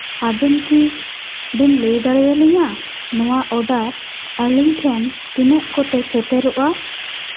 ᱟᱹᱵᱤᱱ ᱠᱤ ᱵᱮᱱ ᱞᱟᱹᱭ ᱫᱟᱲᱮ ᱟᱹᱞᱤᱧᱟ ᱱᱚᱣᱟ ᱚᱰᱟᱨ ᱟᱹᱞᱤᱧ ᱴᱷᱮᱱ ᱛᱤᱱᱟᱹᱜ ᱠᱚᱛᱮ ᱥᱮᱴᱮᱨᱚᱜᱼᱟ